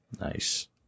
Nice